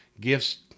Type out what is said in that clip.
gifts